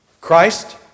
Christ